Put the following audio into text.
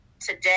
today